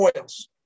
oils